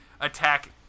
attack